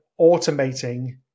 automating